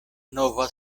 nova